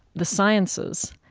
the sciences,